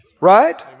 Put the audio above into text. right